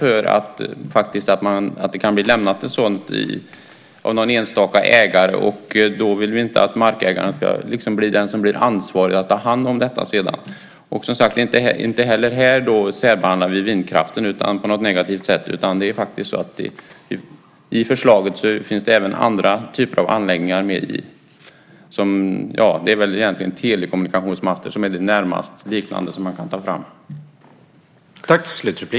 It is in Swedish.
Ett sådant kan bli lämnat av någon enstaka ägare, och då vill vi inte att markägaren ska vara den som blir ansvarig för att ta hand om detta sedan. Inte heller här särbehandlar vi vindkraften på något negativt sätt. I förslaget finns även andra typer av anläggningar med. Det är väl egentligen telekommunikationsmaster som är det mest liknande som man kan framhålla.